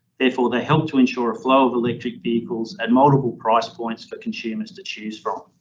therefore they help to ensure a flow of electric vehicles and multiple price points for consumers to choose from.